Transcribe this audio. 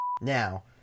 Now